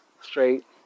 straight